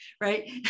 right